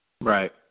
Right